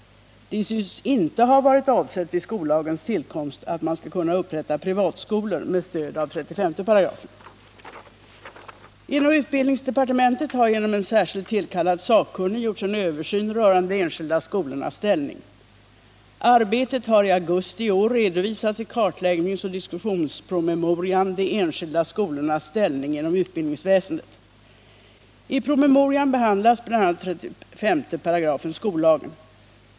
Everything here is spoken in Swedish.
Det syns inte ha varit avsett vid skollagens tillkomst att man skall kunna upprätta privatskolor med stöd av 35 §. Inom utbildningsdepartementet har genom en särskilt tillkallad sakkunnig gjorts en översyn rörande de enskilda skolornas ställning. Arbetet har i augusti i år redovisats i kartläggningsoch diskussionspromemorian De enskilda skolornas ställning inom utbildningsväsendet. I promemorian behandlas bl.a. 35 § skollagen.